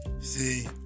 See